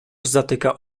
zatyka